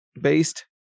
based